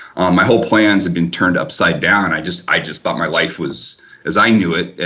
um my whole plans had been turned upside down. i just i just thought my life was as i knew it,